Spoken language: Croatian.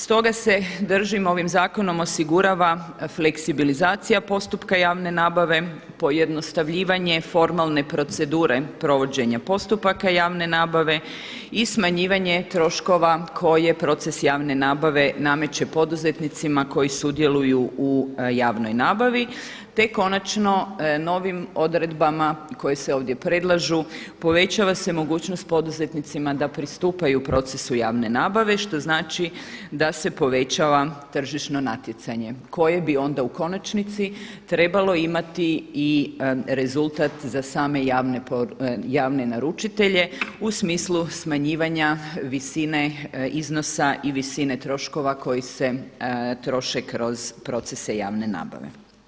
Stoga se držim, ovim zakonom osigurava fleksibilizacija postupaka javne nabave, pojednostavljivanje formalne procedure provođenja postupaka javne nabave i smanjivanje troškova koje proces javne nabave nameće poduzetnicima koji sudjeluju u javnoj nabavi te konačno novim odredbama koje se ovdje predlažu povećava se mogućnost poduzetnicima da pristupaju procesu javne nabave što znači da se povećava tržišno natjecanje koje bi onda u konačnici trebalo imati i rezultat za same javne naručitelje u smislu smanjivanja visine iznosa i visine troškova koji se troše kroz procese javne nabave.